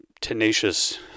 tenacious